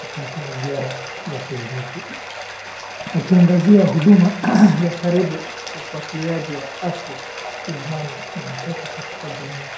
wakati wa ziara ya kliniki. Akiangazia huduma ya karibu ufuatiliaji wa afya ya mama na mtoto katika jamii.